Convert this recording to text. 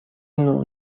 نوع